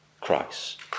Christ